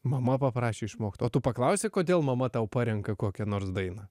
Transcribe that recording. mama paprašė išmokt o tu paklausei kodėl mama tau parenka kokią nors dainą